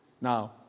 Now